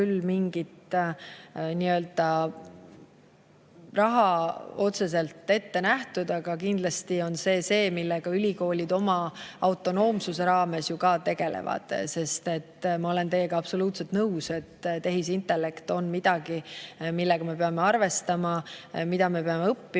küll mingit raha otseselt ette nähtud, aga kindlasti on see asi, millega ülikoolid oma autonoomsuse raames ju ka tegelevad. Ma olen teiega absoluutselt nõus, et tehisintellekt on midagi, millega me peame arvestama, mida me peame õppima